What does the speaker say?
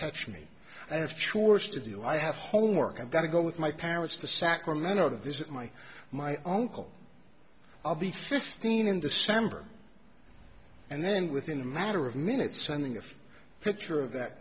catch me i have chores to do i have homework i gotta go with my parents to sacramento to visit my my uncle i'll be fifteen in december and then within a matter of minutes sending a picture of that